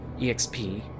exp